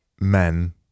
men